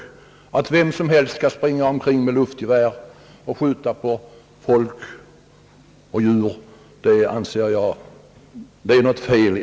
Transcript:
Det är något fel i att vem som helst skall kunna springa omkring med luftgevär och skjuta på folk och djur.